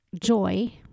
joy